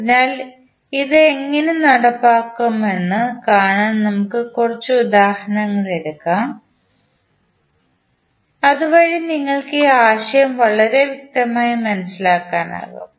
അതിനാൽ ഇത് എങ്ങനെ നടപ്പാക്കാമെന്ന് കാണാൻ നമുക്ക് കുറച്ച് ഉദാഹരണങ്ങൾ എടുക്കാം അതുവഴി നിങ്ങൾക്ക് ഈ ആശയം വളരെ വ്യക്തമായി മനസ്സിലാക്കാൻ കഴിയും